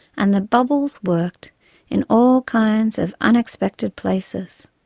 and the bubbles worked in all kinds of unexpected places.